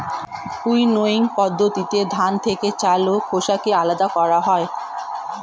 winnowing পদ্ধতিতে ধান থেকে চাল ও খোসাকে আলাদা করা হয়